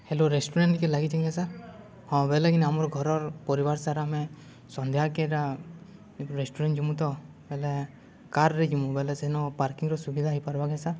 hello ରେଷ୍ଟୁରଣ୍ଟ୍କେ ଲାଗିଛେ କେଁ ସାର୍ ହଁ ବେଲେ କିନି ଆମର୍ ଘରର୍ ପରିବାର୍ ସାରା ଆମେ ସନ୍ଧ୍ୟାକେ ଇଟା ରେଷ୍ଟୁରାଣ୍ଟ୍ ଯିମୁ ତ ବଲେ କାର୍ରେ ଯିମୁ ବଲେ ସେନ ପାର୍କିଂର ସୁବିଧା ହେଇପାର୍ବାକେ ସାର୍